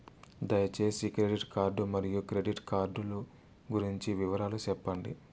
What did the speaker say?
దయసేసి credit card మరియు credit card లు గురించి వివరాలు సెప్పండి?